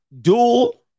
Dual